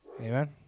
Amen